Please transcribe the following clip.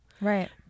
right